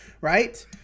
Right